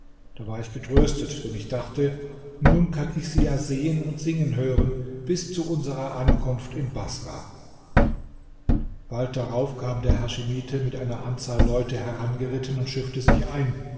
da war ich getröstet denn ich dachte nun kann ich sie ja sehen und singen hören bis zu unserer ankunft in baßrah bald darauf kam der haschimite mit einer anzahl leute herangeritten und schiffte sich ein